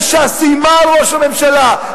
שאיימה על ראש הממשלה,